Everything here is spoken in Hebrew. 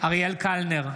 אריאל קלנר,